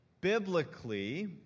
Biblically